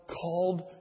called